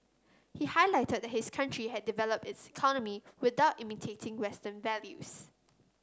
he highlighted that his country had developed its economy without imitating Western values